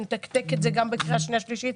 שנתקתק את זה גם בקריאה שנייה ושלישית.